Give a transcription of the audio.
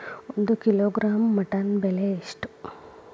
ಒಂದು kilogram mutton ಬೆಲೆ ಎಷ್ಟ್?